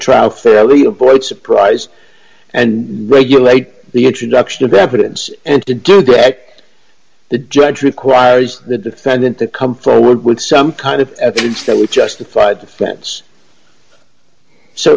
trial fairly avoid surprise and regulate the introduction of evidence and to do that the judge requires the defendant to come forward with some kind of evidence that would justify the fence so